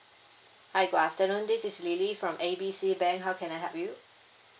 hi good afternoon this is lily from A B C bank how can I help you